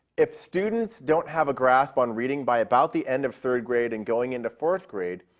if students don't have a grasp on reading by about the end of third grade and going into fourth grade,